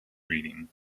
reading